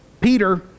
Peter